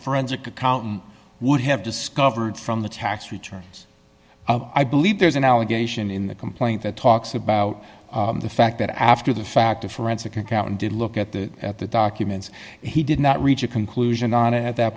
forensic accountant would have discovered from the tax returns i believe there's an allegation in the complaint that talks about the fact that after the fact a forensic accountant did look at the at the documents he did not reach a conclusion on that